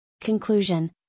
Conclusion